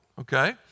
okay